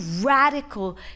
radical